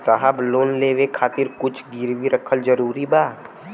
साहब लोन लेवे खातिर कुछ गिरवी रखल जरूरी बा?